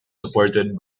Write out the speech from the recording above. supported